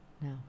No